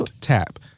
tap